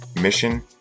mission